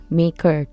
maker